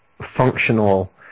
functional